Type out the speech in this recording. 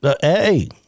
hey